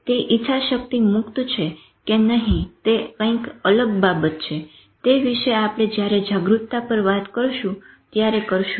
તે ઇચ્છાશક્તિ મુક્ત છે કે નહી તે કંઈક અલગ બાબત છે તે વિશે આપણે જયારે જાગૃતતા પર વાત કરશું ત્યારે કરશું